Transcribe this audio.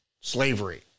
slavery